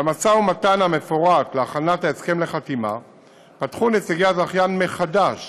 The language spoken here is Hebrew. במשא ומתן המפורט להכנת ההסכם לחתימה פתחו נציגי הזכיין מחדש